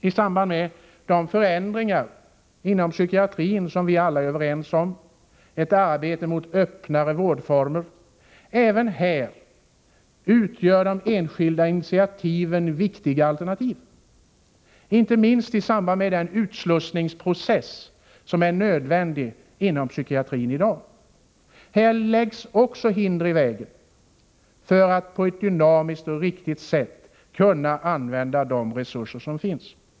I fråga om de förändringar inom psykiatrin som vi alla är överens om, ett arbete mot öppnare vårdformer, utgör de enskilda initiativen viktiga alternativ, inte minst i samband med den utslussningsprocess som är nödvändig inom psykiatrin i dag. Här läggs också hinder i vägen för att man på ett dynamiskt och riktigt sätt kan använda resurserna.